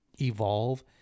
evolve